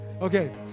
okay